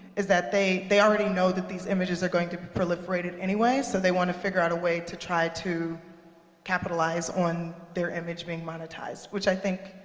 is that they they already know that these images are going to be proliferated anyway. so they wanna figure out a way to try to capitalize on their image being monetized, which i think